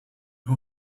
who